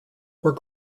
were